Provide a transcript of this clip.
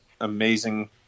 amazing